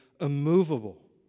immovable